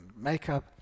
makeup